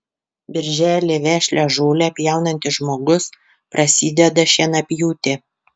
birželį vešlią žolę pjaunantis žmogus prasideda šienapjūtė